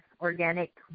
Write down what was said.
organic